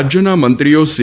રાજ્યના મંત્રીઓ સી